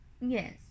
Yes